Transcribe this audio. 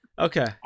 okay